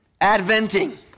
Adventing